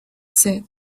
said